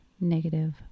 negative